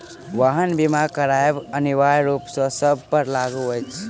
वाहन बीमा करायब अनिवार्य रूप सॅ सभ पर लागू अछि